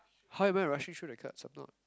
how am I rushing through the cards I'm not